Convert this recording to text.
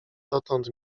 dotąd